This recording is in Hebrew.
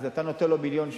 אז אתה נותן לו מיליון שקל,